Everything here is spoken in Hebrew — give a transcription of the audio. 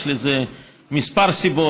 יש לזה כמה סיבות.